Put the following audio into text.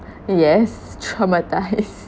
yes traumatised